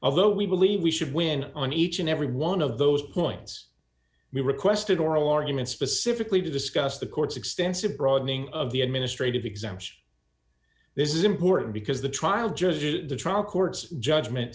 although we believe we should win on each and every one of those points we requested oral argument specifically to discuss the court's extensive broadening of the administrative exemption this is important because the trial judges the trial court's judgment